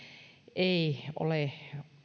ei ole